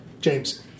James